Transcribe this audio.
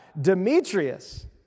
Demetrius